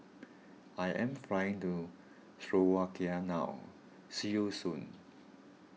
I am flying to Slovakia now see you soon